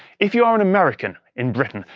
if you're um an american in britain,